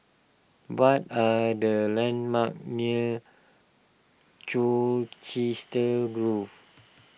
what are the landmarks near Colchester Grove